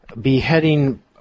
beheading